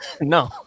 No